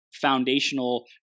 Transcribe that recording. Foundational